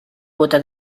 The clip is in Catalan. bóta